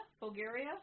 Bulgaria